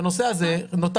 בנושא הזה נותר